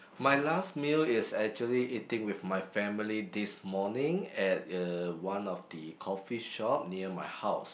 my last meal is actually eating with my family this morning at uh one of the coffee shop near my house